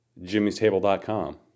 Jimmy'sTable.com